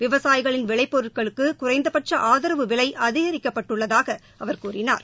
விவசாயிகளின் விளைபொருட்களுக்கு குறைந்தபட்ச ஆதரவு விகை அதிகரிக்கப்பட்டுள்ளதாக அவர் கூறினார்